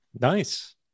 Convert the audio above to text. nice